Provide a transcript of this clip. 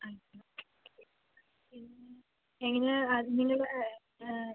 എങ്ങനെയാണ് നിങ്ങൾ ആ